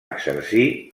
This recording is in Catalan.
exercir